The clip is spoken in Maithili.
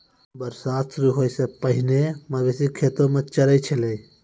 बरसात शुरू होय सें पहिने मवेशी खेतो म चरय छलै